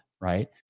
Right